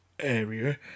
area